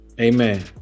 amen